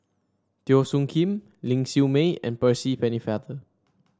Teo Soon Kim Ling Siew May and Percy Pennefather